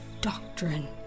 doctrine